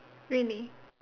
really